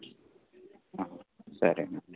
సరేనండి